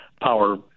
power